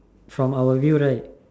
from our view right